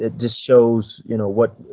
ah just shows you know what,